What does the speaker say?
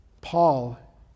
Paul